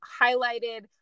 highlighted